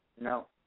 No